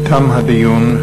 תם הדיון.